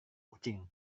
kucing